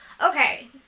okay